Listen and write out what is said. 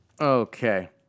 Okay